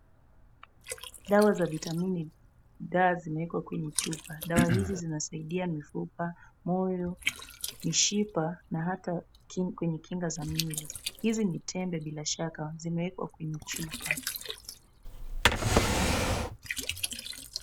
Dawa za vitamin D .Dawa zimewekwa kwenye chupa. Dawa hizi zinasaidia mifupa, moyo, mishipa na hata kwenye kinga za mwili. Hizi ni tembe bila shaka zimewekwa kwenye chupa.